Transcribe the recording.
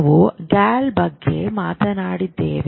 ನಾವು ಗಾಲ್ ಬಗ್ಗೆ ಮಾತನಾಡಿದ್ದೇವೆ